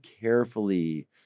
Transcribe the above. carefully